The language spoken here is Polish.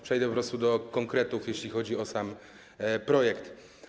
Przejdę po prostu do konkretów, jeśli chodzi o sam projekt.